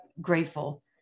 grateful